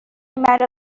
مرا